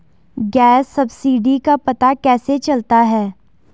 Gas subsidy का पता कैसे चलता है?